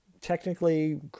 Technically